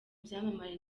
byamamare